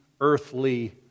earthly